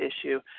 issue